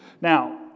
Now